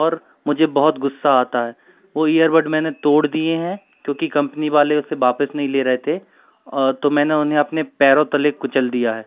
और मुझे बहुत ग़ुस्सा आता है वो इयरबड मैंने तोड़ दिए हैं क्योंकि कंपनी वाले उसे वापिस नहीं ले रहे थे और तो मैंने उन्हें अपने पैरों तले कुचल दिया है